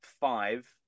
five